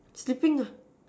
sleeping ah